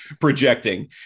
projecting